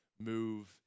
move